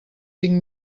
cinc